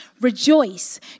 Rejoice